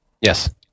Yes